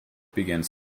begins